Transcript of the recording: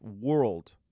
world